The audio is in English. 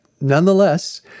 nonetheless